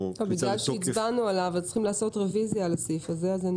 בגלל שהצבענו עליו אז צריכים לבקש רוויזיה על הסעיף הזה אז אני